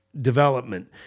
development